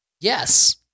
yes